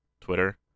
Twitter